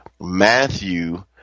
Matthew